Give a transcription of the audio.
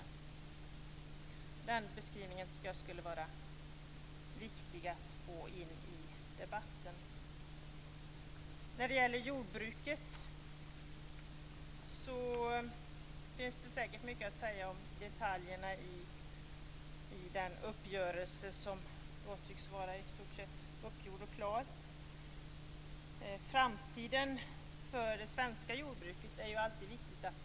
Den beskrivningen tycker jag är viktig att få in i debatten. När det gäller jordbruket finns det säkert mycket att säga om detaljerna i den uppgörelse som i stort sett tycks vara klar. Det är alltid viktigt att man tar med framtiden för det svenska jordbruket i det här.